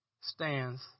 stands